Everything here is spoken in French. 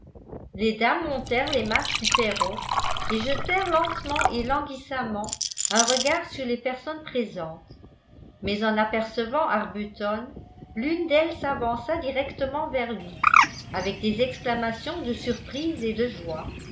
les dames montèrent les marches du perron et jetèrent lentement et languissamment un regard sur les personnes présentes mais en apercevant arbuton l'une d'elles s'avança directement vers lui avec des exclamations de surprise et de joie